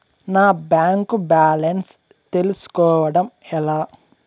నా bank balance తెలుస్కోవడం ఎలా?